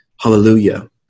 hallelujah